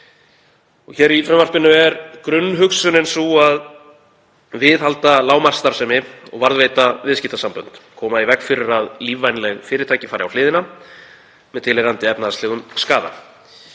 Í frumvarpinu er grunnhugsunin sú að viðhalda lágmarksstarfsemi og varðveita viðskiptasambönd, koma í veg fyrir að lífvænleg fyrirtæki fari á hliðina með tilheyrandi efnahagslegum skaða.